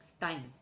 time